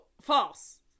False